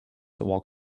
while